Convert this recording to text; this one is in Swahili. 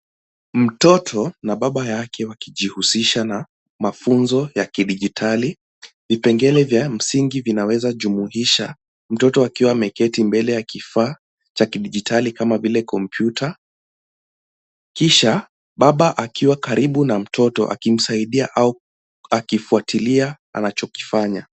Mtoto na baba yake wakijihusisha na mafunzo ya kidijitali. Vipengele vya msingi vinaweza jumuisha mtoto akiwa ameketi mbele ya kifaa cha kidijitali kama vile kompyuta kisha baba akiwa karibu na mtoto akimsaidia au akifuatilia anachokifanya.